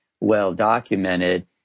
well-documented